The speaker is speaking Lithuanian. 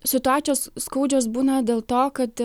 situacijos skaudžios būna dėl to kad